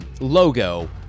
logo